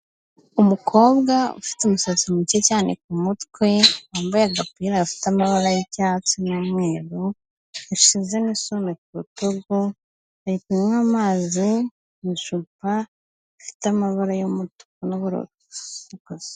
Umukobwa ufite umusatsi muke cyane ku mutwe, wambaye agapira gafite amabara y'icyatsi n'umweru, yashize n'isume ku rutugu, ari kunywa amazi mu icupa rifite amabara y'umutuku n'ubururu.